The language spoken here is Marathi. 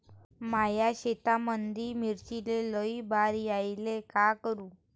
माया शेतामंदी मिर्चीले लई बार यायले का करू?